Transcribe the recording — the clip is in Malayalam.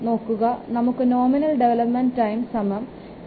നോക്കുക നമുക്ക് നോമിനൽ ഡെവലപ്മെൻറ് ടൈം സമം 2